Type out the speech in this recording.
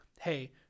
Hey